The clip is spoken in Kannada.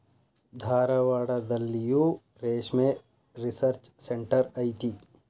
ಧಾರವಾಡದಲ್ಲಿಯೂ ರೇಶ್ಮೆ ರಿಸರ್ಚ್ ಸೆಂಟರ್ ಐತಿ